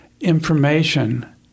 information